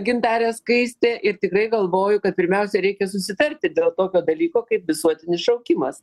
gintarė skaistė ir tikrai galvoju kad pirmiausia reikia susitarti dėl tokio dalyko kaip visuotinis šaukimas